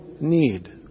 need